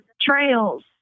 trails